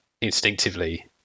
instinctively